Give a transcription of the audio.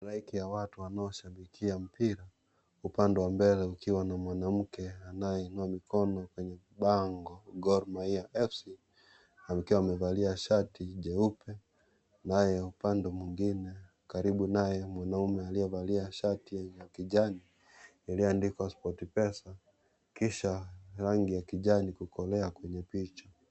Halaiki ya watu wanaoshabikia mpira upande wa mbele ukiwa na mwanamke anayeinua mikono kwenye bango Gormahia Fc. Akiwa amevalia shati jeupe naye upande mwingine karibu naye mwanaume aliyevalia shati ya kijani iliyoandikwa Sportpesa kisha rangi ya kijani kukolea kwenye picha.